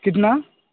کتنا